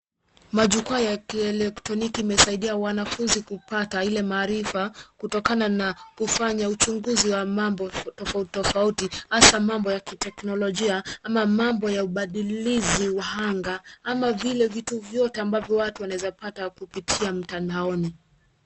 Majukwaa ya kielektroniki imesaidia wanafunzi kupata ile maarifa kutokana na kufanya uchunguzi wa mambo tofauti hasa mambo ya kiteknolojia ama mambo ya ubadililizi wa anga ama vile vitu vyote ambavyo watu wanaweza pata kupitia mtandaoni.